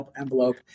envelope